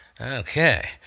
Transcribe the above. Okay